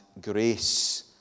grace